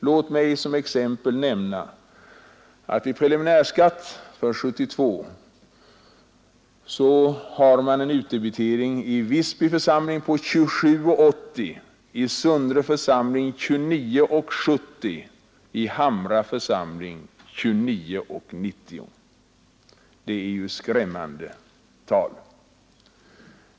Låt mig som exempel nämna att man för den preliminära skatten 1972 har en utdebitering i Visby församling på 27:80, i Sundre församling på 29:70 och i Hamra församling på 29:90. Det är onekligen skrämmande tal!